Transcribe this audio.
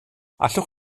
allwch